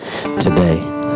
today